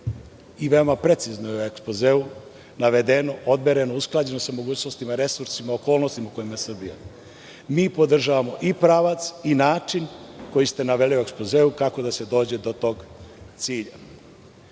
i veoma precizno je u ekspozeu navedeno, odmereno, usklađeno sa mogućnostima resursa, okolnostima u kojima je Srbija. Mi podržavamo i pravac i način koji ste naveli u ekspozeu kako da se dođe do tog